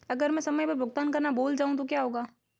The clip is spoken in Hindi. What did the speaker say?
अगर मैं समय पर भुगतान करना भूल जाऊं तो क्या होगा?